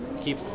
keep